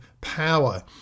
power